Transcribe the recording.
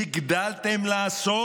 הגדלתם לעשות